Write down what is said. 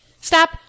Stop